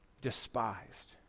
despised